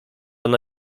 ona